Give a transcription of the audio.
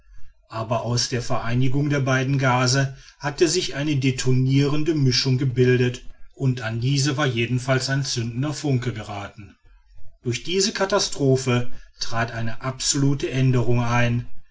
aber aus der vereinigung der beiden gase hatte sich eine detonirende mischung gebildet und an diese war jedenfalls ein zündender funke gerathen durch diese katastrophe trat eine absolute aenderung ein